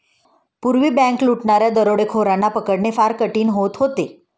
पूर्वी बँक लुटणाऱ्या दरोडेखोरांना पकडणे फार कठीण होत होते